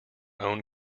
own